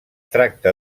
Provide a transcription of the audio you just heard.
tracta